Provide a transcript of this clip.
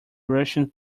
russian